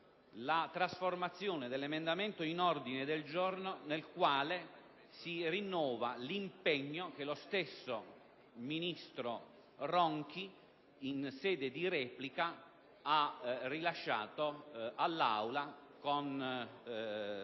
la trasformazione dell'emendamento 20.4 in un ordine del giorno nel quale si rinnovi l'impegno che lo stesso ministro Ronchi in sede di replica ha rilasciato all'Assemblea con